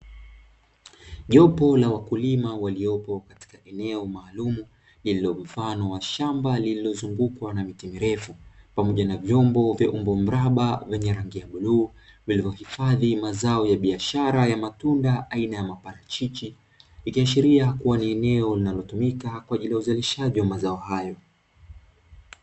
Jopo la wakulima waliopo katika eneo maalumu lililo mfano wa shamba lililo zungukwa na miti mirefu pamoja na vyombo vya umbo mraba vyenye rangi ya bluu, vilivyo hifadhi mazao ya biashara ya matunda aina ya maparachichi ikiashiria kuwa ni eneo linalotumika kwaajili ya uzalishaji wa mazao hayo.